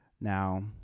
Now